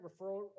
referral